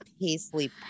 Paisley